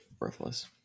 worthless